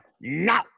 no